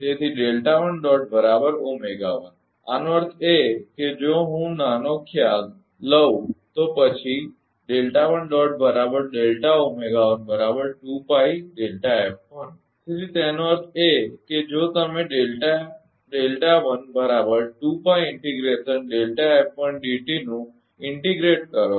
તેથી માટે તેથી આનો અર્થ એ કે જો હું નાનો ખ્યાલ લઉં તો પછી તેથી તેનો અર્થ એ કે જો તમે નું સંકલનઇન્ટિગ્રેટ કરો છો